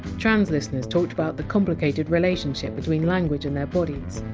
trans listeners talked about the complicated relationship between language and their bodies.